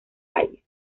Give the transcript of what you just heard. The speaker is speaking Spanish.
país